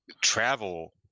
travel